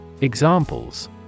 Examples